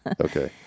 Okay